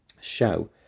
show